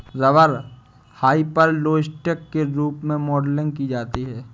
rubber hyperelastic के रूप में मॉडलिंग की जाती है